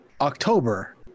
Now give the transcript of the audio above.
October